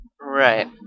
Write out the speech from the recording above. Right